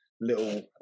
little